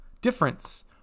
difference